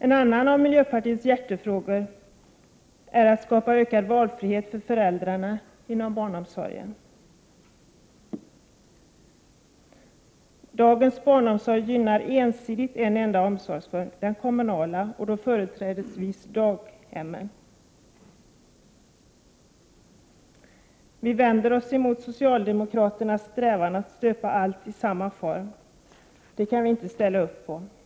En annan av miljöpartiets hjärtefrågor är att skapa ökad valfrihet för föräldrarna inom barnomsorgen. Dagens barnomsorg gynnar ensidigt en enda omsorgsform, den kommunala och då företrädesvis daghemmen. Vi vänder oss emot socialdemokraternas strävan att stöpa allt i samma form. Det kan vi inte ställa upp på.